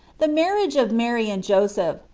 the marriage of mary and joseph,